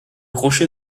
crochet